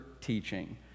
teaching